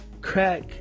crack